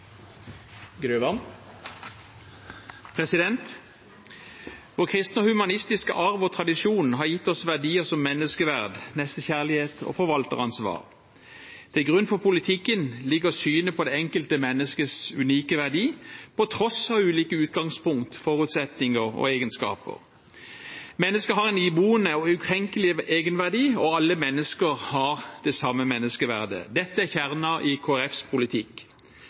er omme. Vår kristne og humanistiske arv og tradisjon har gitt oss verdier som menneskeverd, nestekjærlighet og forvalteransvar. Til grunn for politikken ligger synet på det enkelte menneskets unike verdi på tross av ulike utgangspunkt, forutsetninger og egenskaper. Mennesket har en iboende og ukrenkelig egenverdi, og alle mennesker har det samme menneskeverdet. Dette er kjernen i Kristelig Folkepartis politikk.